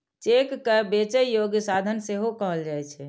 cheque कें बेचै योग्य साधन सेहो कहल जाइ छै